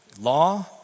law